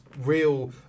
real